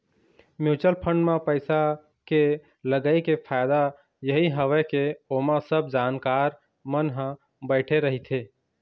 mutual fund म पइसा के लगई के फायदा यही हवय के ओमा सब जानकार मन ह बइठे रहिथे